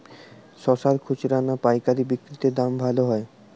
শশার খুচরা না পায়কারী বিক্রি তে দাম ভালো হয়?